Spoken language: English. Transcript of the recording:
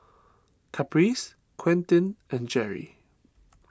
Caprice Quentin and Jerry